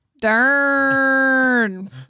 darn